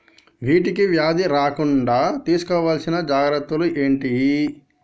వీటికి వ్యాధి రాకుండా తీసుకోవాల్సిన జాగ్రత్తలు ఏంటియి?